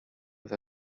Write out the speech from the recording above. with